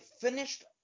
finished